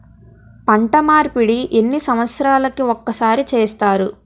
పంట మార్పిడి ఎన్ని సంవత్సరాలకి ఒక్కసారి చేస్తారు?